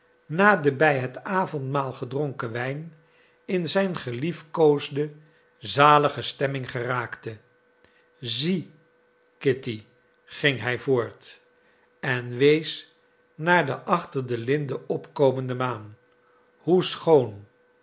na den bij het avondmaal gedronken wijn in zijn geliefkoosde zalige stemming geraakt was zie kitty ging hij voort en wees naar de achter de linden opkomende maan hoe schoon